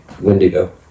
wendigo